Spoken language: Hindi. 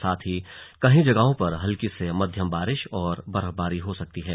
साथ ही कई जगहों पर हल्की से मध्यम बारिश और बर्फबारी हो सकती है